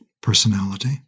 personality